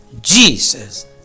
Jesus